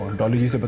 dolly's but